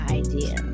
idea